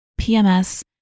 PMS